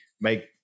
make